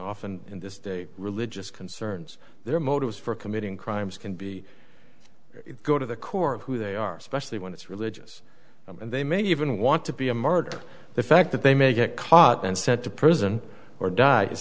often in this day religious concerns their motives for committing crimes can be go to the core of who they are especially when it's religious and they may even want to be a martyr the fact that they may get caught and sent to prison or die i